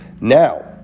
Now